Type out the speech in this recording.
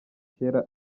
cyera